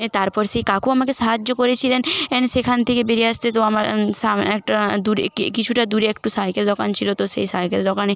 তারপর সেই কাকু আমাকে সাহায্য করেছিলেন এন সেখান থেকে বেরিয়ে আসতে তো আমার সামনে একটা দূরে কি কিছুটা দূরে একটু সাইকেল দোকান ছিলো তো সেই সাইকেল দোকানে